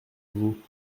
vous